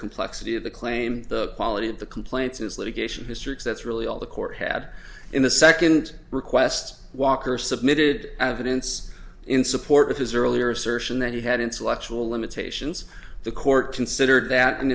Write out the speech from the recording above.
complexity of the claim the quality of the complaints in its litigation hystrix that's really all the court had in the second request walker submitted evidence in support of his earlier assertion that you had intellectual limitations the court considered that